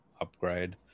upgrade